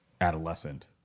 adolescent